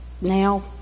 now